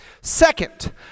Second